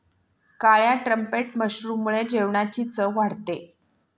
काळ्या ट्रम्पेट मशरूममुळे जेवणाची चव वाढते